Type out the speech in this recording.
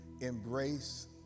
embrace